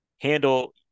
handle